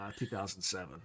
2007